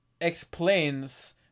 explains